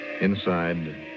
Inside